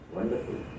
Wonderful